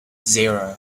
zero